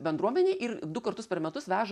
bendruomenei ir du kartus per metus veža